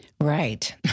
right